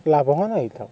ଲାଭବାନ୍ ହେଇଥାଉ